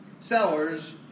sellers